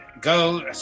go